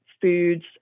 foods